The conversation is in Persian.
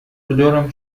پدرم